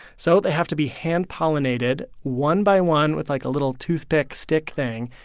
so they have to be hand-pollinated one by one with, like, a little toothpick-stick thing.